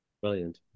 brilliant